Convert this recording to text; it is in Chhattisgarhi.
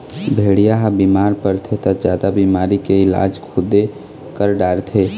भेड़िया ह बिमार परथे त जादा बिमारी के इलाज खुदे कर डारथे